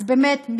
אז באמת,